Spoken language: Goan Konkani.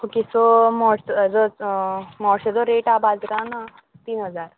ओके सो मोडसो हेचो मोडश्याचो रेट आहा बाजरान तीन हजार